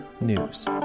news